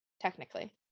technically